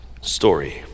story